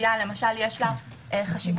שלתביעה יש חשיבות,